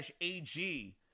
AG